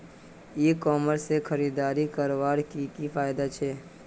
ई commerce से खरीदारी करवार की की फायदा छे?